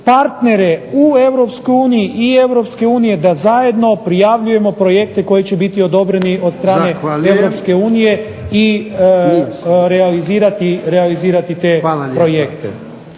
Europske unije da zajedno prijavljujemo projekte koji će biti odobreni od strane Europske unije i realizirati te projekte.